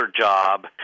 job